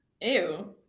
ew